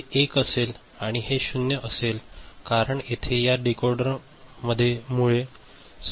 हे 1 असेल आणि हे 0 असेल कारण येथे या डिकोडरमुळे सर्व 0 आहे